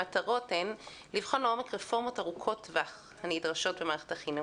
המטרות הן לבחון לעומק רפורמות ארוכות טווח הנדרשות במערכת החינוך,